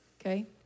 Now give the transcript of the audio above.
Okay